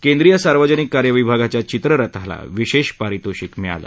केंद्रीय सार्वजनिक कार्य विभागाच्या वित्ररथाला विशेष पारितोषिक मिळालं